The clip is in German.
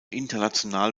international